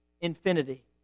infinity